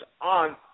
on